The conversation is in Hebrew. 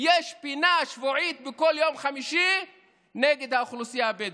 יש פינה שבועית בכל יום חמישי נגד האוכלוסייה הבדואית.